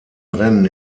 rennen